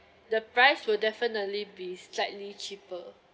the price will definitely be slightly cheaper